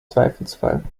zweifelsfall